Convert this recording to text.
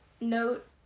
note